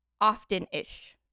often-ish